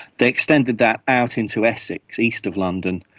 they extended that out into essex, east of london,